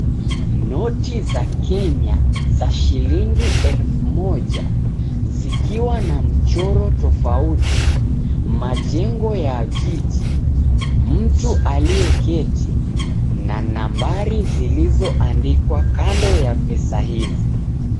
Noti za Kenya za shilingi elefu moja zikiwa na mchoro tofauti, majengo ya jiji, mtu aliyeketi na nambari zilizo andikwa kando ya pesa hizi.